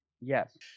Yes